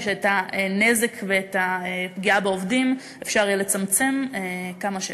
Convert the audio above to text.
ושאת הנזק ואת הפגיעה בעובדים אפשר יהיה לצמצם כמה שאפשר.